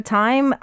time